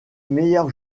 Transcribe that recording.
meilleur